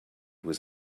was